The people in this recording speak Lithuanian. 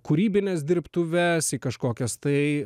kūrybines dirbtuves į kažkokias tai